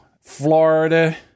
Florida